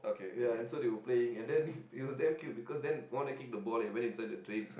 ya and so they were playing and then it was damn cute because then one of them kicked the ball and it went inside the drain